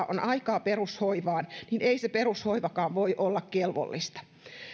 on aikaa perushoivaan niin ei se perushoivakaan voi olla kelvollista